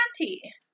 auntie